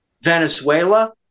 Venezuela